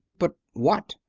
but what?